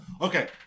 Okay